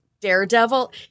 Daredevil